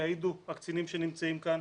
יעידו הקצינים שנמצאים כאן,